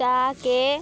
ତାକେ